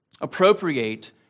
appropriate